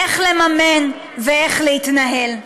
איך לממן ואיך להתנהל.